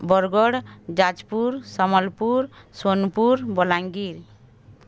Bargarh Jajpur Sambalpur Sonepur Balangir